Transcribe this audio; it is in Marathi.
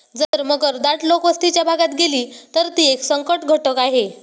जर मगर दाट लोकवस्तीच्या भागात गेली, तर ती एक संकटघटक आहे